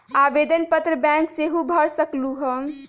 आवेदन पत्र बैंक सेहु भर सकलु ह?